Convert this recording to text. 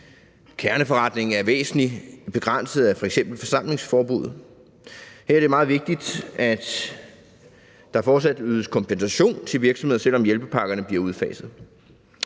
kerneforretning er væsentlig begrænset af f.eks. forsamlingsforbuddet, og her er det meget vigtigt, at der fortsat ydes kompensation til virksomheder, selv om hjælpepakkerne bliver udfaset.